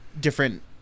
different